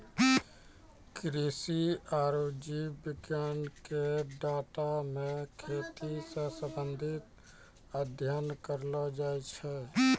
कृषि आरु जीव विज्ञान के डाटा मे खेती से संबंधित अध्ययन करलो जाय छै